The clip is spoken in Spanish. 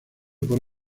por